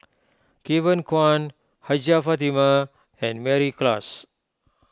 Kevin Kwan Hajjah Fatimah and Mary Klass